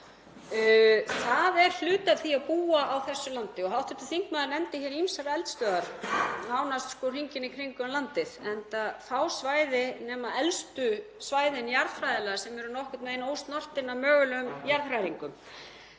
Það er hluti af því að búa á þessu landi. Hv. þingmaður nefndi hér ýmsar eldstöðvar nánast hringinn í kringum landið, enda fá svæði nema elstu svæðin jarðfræðilega sem eru nokkurn veginn ósnortin af mögulegum jarðhræringum.